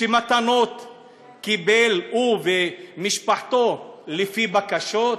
שמתנות קיבל, הוא ומשפחתו, לפי בקשות?